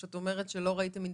שאת אומרת שלא ראיתם אינדיקציות.